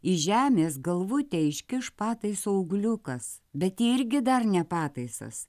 iš žemės galvutę iškiš pataiso augliukas bet tai irgi dar ne pataisas